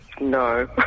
no